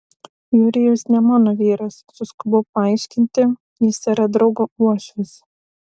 jurijus ne mano vyras suskubau paaiškinti jis yra draugo uošvis